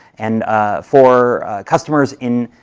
and for customers in